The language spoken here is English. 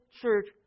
church